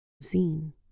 seen